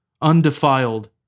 undefiled